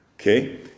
Okay